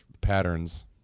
patterns